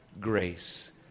grace